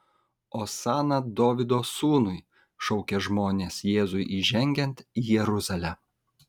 osana dovydo sūnui šaukė žmonės jėzui įžengiant į jeruzalę